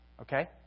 Okay